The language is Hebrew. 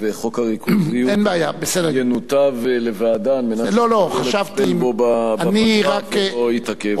וחוק הריכוזיות ינותב לוועדה על מנת שתחל לטפל בו בפגרה והוא לא יתעכב.